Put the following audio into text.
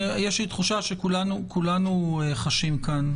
יש לי תחושה שכולנו חשים כאן.